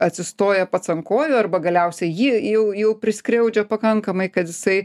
atsistoja pats ant kojų arba galiausiai jį jau jau priskriaudžia pakankamai kad jisai